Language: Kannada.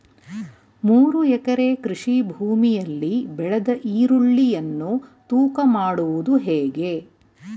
ಮೂರು ಎಕರೆ ಕೃಷಿ ಭೂಮಿಯಲ್ಲಿ ಬೆಳೆದ ಈರುಳ್ಳಿಯನ್ನು ತೂಕ ಮಾಡುವುದು ಹೇಗೆ?